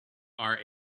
are